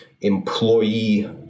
employee